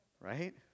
Right